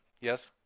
Yes